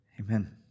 Amen